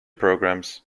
programs